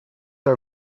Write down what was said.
are